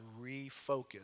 refocus